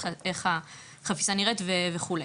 איך החפיסה נראית וכו'.